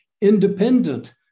independent